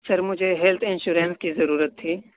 سر مجھے health insurance کی ضرورت تھی